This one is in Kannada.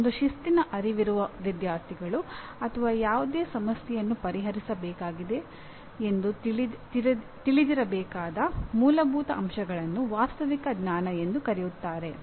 ಒಂದು ಶಿಸ್ತಿನ ಅರಿವಿರುವ ವಿದ್ಯಾರ್ಥಿಗಳು ಅಥವಾ ಯಾವುದೇ ಸಮಸ್ಯೆಯನ್ನು ಪರಿಹರಿಸಬೇಕಾಗಿದೆ ಎಂದು ತಿಳಿದಿರಬೇಕಾದ ಮೂಲಭೂತ ಅಂಶಗಳನ್ನು ವಾಸ್ತವಿಕ ಜ್ಞಾನ ಎಂದು ಕರೆಯುತ್ತಾರೆ